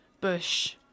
Bush